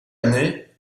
année